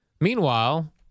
Meanwhile